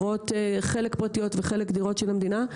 שחלקן פרטיות וחלקן בבעלות המדינה.